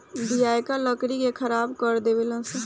दियाका लकड़ी के खराब कर देवे ले सन